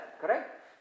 correct